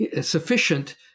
sufficient